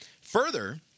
Further